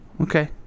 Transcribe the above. Okay